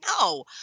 No